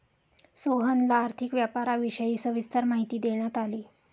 सोहनला आर्थिक व्यापाराविषयी सविस्तर माहिती देण्यात आली